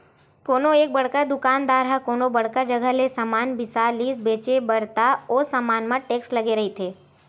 कोनो एक बड़का दुकानदार ह कोनो बड़का जघा ले समान बिसा लिस बेंचे बर त ओ समान म टेक्स लगे रहिथे